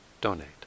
donate